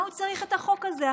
מה הוא צריך את החוק הזה עכשיו?